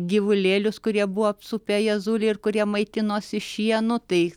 gyvulėlius kurie buvo apsupę jėzulį ir kurie maitinosi šienu tai